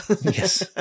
Yes